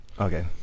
Okay